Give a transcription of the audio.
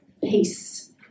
peace